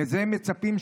לזה הם מצפים,